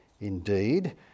Indeed